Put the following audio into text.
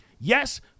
yes